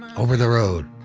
over the road.